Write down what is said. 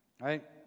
Right